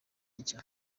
nshya